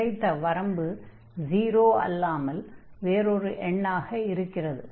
மேலே கிடைத்த வரம்பு 0 அல்லாமல் வேறொரு எண்ணாக இருக்கிறது